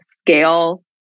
scale